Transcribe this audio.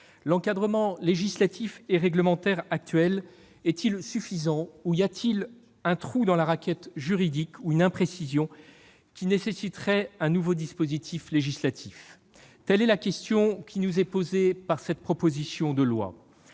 L'encadrement législatif et réglementaire actuel est-il suffisant, ou y a-t-il un trou dans la raquette juridique ou une imprécision qui nécessiteraient un nouveau dispositif législatif ? Telle est la question qui nous est posée par cette proposition de loi.